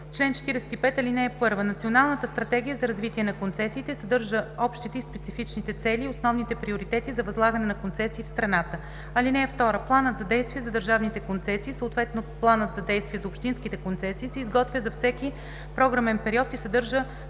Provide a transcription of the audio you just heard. чл. 45: „Чл. 45. (1) Националната стратегия за развитие на концесиите съдържа общите и специфичните цели и основните приоритети за възлагане на концесии в страната. (2) Планът за действие за държавните концесии, съответно планът за действие за общинските концесии, се изготвя за всеки програмен период и съдържа